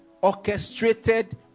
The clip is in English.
orchestrated